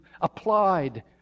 applied